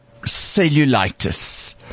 cellulitis